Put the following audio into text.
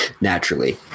naturally